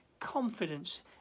confidence